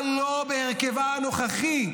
אבל לא בהרכבה הנוכחי,